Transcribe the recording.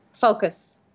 Focus